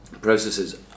processes